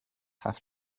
have